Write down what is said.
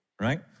Right